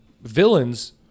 villains